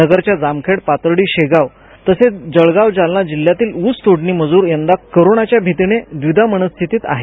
नगरच्या जामखेड पाथर्डी शेवगाव तसेच जळगाव जालना जिल्ह्यातील ऊस तोडणी मजूर यंदा कोरोनाच्या भीतीने द्विधा मनस्थितीत आहेत